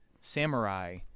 samurai